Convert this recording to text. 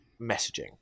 messaging